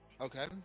Okay